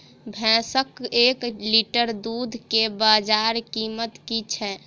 भैंसक एक लीटर दुध केँ बजार कीमत की छै?